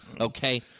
Okay